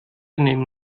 nehmen